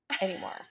anymore